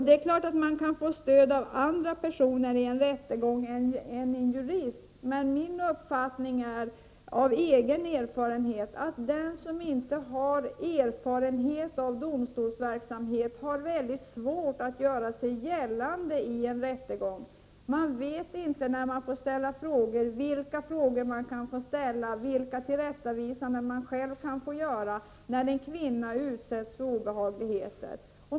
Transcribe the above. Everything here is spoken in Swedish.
Det är klart att man kan få stöd av andra personer än en jurist vid en rättegång, men min uppfattning är — byggd på egen erfarenhet — att den som inte har erfarenhet av domstolsverksamhet har mycket svårt att göra sig gällande i en rättegång. Man vet inte när man får ställa frågor, vilka frågor man kan få ställa eller vilka tillrättavisanden man själv kan få göra när en kvinna utsätts för sådana obehagligheter.